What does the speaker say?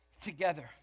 together